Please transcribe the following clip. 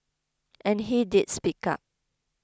and he did speak up